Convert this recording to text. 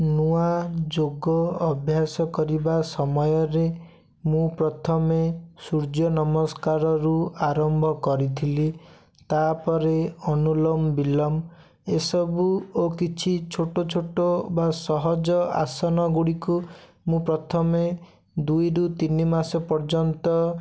ନୂଆ ଯୋଗ ଅଭ୍ୟାସ କରିବା ସମୟରେ ମୁଁ ପ୍ରଥମେ ସୂର୍ଯ୍ୟ ନମସ୍କାରରୁ ଆରମ୍ଭ କରିଥିଲି ତାପରେ ଅନୁଲୋମ ବିଲମ ଏସବୁ ଓ କିଛି ଛୋଟ ଛୋଟ ବା ସହଜ ଆସନ ଗୁଡ଼ିକୁ ମୁଁ ପ୍ରଥମେ ଦୁଇରୁ ତିନ ମାସ ପର୍ଯ୍ୟନ୍ତ